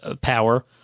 power